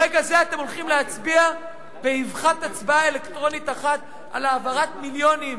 ברגע זה אתם הולכים להצביע באבחת הצבעה אלקטרונית אחת על העברת מיליונים